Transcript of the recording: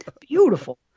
beautiful